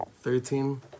thirteen